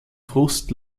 frust